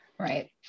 Right